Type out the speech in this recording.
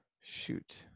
shoot